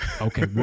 okay